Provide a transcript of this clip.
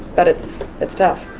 but it's it's tough.